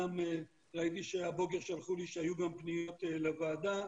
ראיתי שהבוקר שלחו שהיו גם פניות לוועדה,